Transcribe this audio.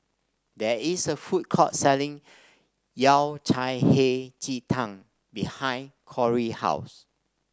there is a food court selling Yao Cai Hei Ji Tang behind Kori house